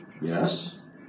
Yes